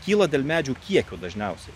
kyla dėl medžių kiekio dažniausiai